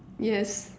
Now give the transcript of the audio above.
yes